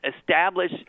establish